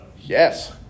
Yes